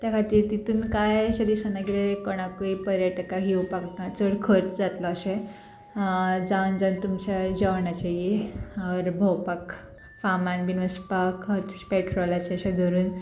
त्या खातीर तितून कांय अशें दिसाना कितें कोणाकूय पर्यटकाक येवपाक चड खर्च जातलो अशें जावन जावन तुमच्या जेवणाचेर ऑर भोंवपाक फार्मान बीन वसपाक पेट्रोलाचे अशें धरून